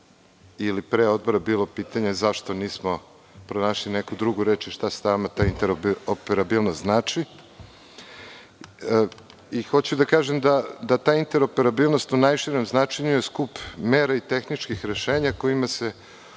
i pre odbora bilo pitanje zašto nismo pronašli neku drugu reč i šta sama ta interoperabilnost znači i hoću da kažem da ta interoperabilnost u najširem značenju je skup mera i tehničkih rešenja kojima se